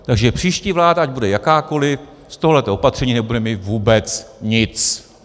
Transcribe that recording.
Takže příští vláda, ať bude jakákoliv, z tohoto opatření nebude mít vůbec nic.